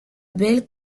belle